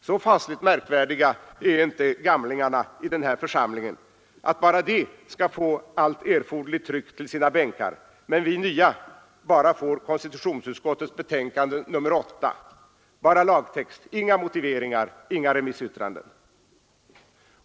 Så fasligt märkvärdiga är inte gamlingarna i den här församlingen att bara de skall få allt erforderligt tryck till sina bänkar, medan vi nya bara får konstitutionsutskottets betänkande nr 8, bara lagtext, inga motiveringar, inga remissyttranden.